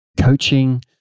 coaching